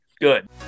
good